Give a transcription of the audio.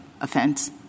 offense